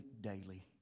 daily